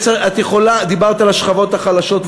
את דיברת על השכבות החלשות,